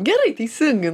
gerai teisingai